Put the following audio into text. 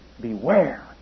beware